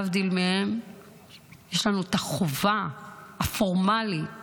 יש לנו את החובה הפורמלית